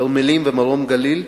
כרמלים ומרום-הגליל,